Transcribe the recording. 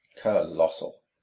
colossal